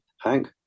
Hank